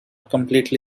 completely